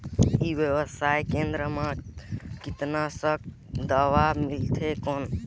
ई व्यवसाय केंद्र मा कीटनाशक दवाई मिलथे कौन?